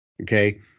Okay